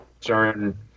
turn